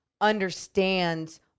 understands